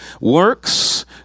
works